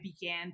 began